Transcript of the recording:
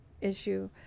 issue